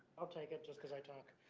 i'll take it just because i talk.